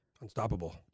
unstoppable